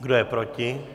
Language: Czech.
Kdo je proti?